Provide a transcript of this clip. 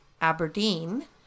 Aberdeen